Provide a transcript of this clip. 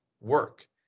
work